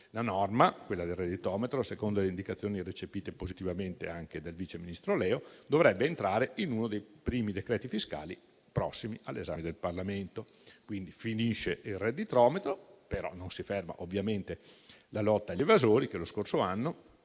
La norma del redditometro, secondo le indicazioni recepite positivamente anche dal viceministro Leo, dovrebbe entrare in uno dei prossimi decreti fiscali all'esame del Parlamento. Finisce il redditometro, ma non si ferma ovviamente la lotta agli evasori, che lo scorso anno